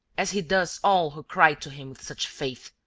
as he does all who cry to him with such faith,